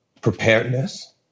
preparedness